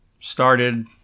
Started